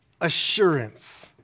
assurance